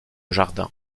jardin